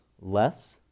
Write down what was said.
less